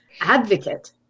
advocate